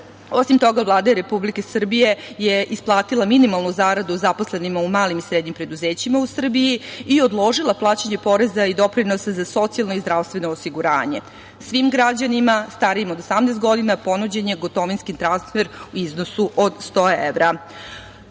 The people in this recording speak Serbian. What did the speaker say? toga, Vlada Republike Srbije je isplatila minimalnu zaradu zaposlenima u malim i srednjim preduzećima u Srbiji i odložila plaćanje poreza i doprinosa za socijalno i zdravstveno osiguranje. Svim građanima starijim od 18 godina, ponuđen je gotovinski transfer u iznosu od 100